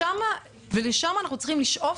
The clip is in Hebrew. לשם אנחנו צריכים לשאוף,